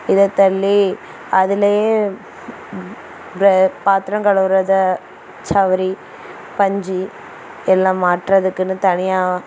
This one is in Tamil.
இதை தள்ளி அதிலயே வெ பாத்திரம் கழுவுற இந்த சவரி பஞ்சு எல்லாம் மாட்டுறதுக்குன்னு தனியாக